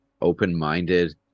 open-minded